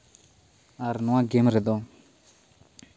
ᱟᱨ ᱱᱚᱣᱟ ᱜᱮᱢ ᱨᱮᱫᱚ